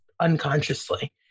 unconsciously